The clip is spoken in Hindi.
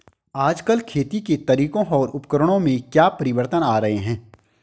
आजकल खेती के तरीकों और उपकरणों में क्या परिवर्तन आ रहें हैं?